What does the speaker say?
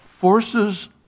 forces